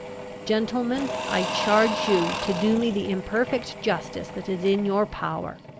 gentlemen, i charge you to do me the imperfect justice that is in your power!